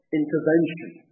intervention